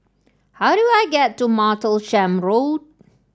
how do I get to Martlesham Road